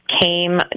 came